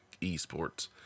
eSports